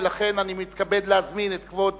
ולכן אני מתכבד להזמין את כבוד